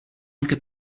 anche